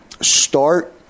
Start